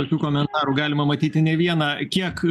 tokių komentarų galima matyti ne vieną kiek